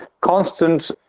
constant